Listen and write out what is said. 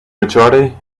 majority